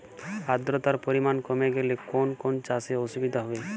আদ্রতার পরিমাণ কমে গেলে কোন কোন চাষে অসুবিধে হবে?